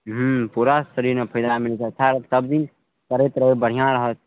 हूँ पूरा शरीरमे फायदा मिलय तऽ अच्छा रहत सब चीज करैत रहय बढ़िआँ रहत